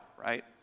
right